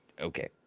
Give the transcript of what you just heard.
Okay